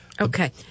okay